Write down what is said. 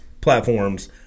platforms